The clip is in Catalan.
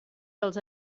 els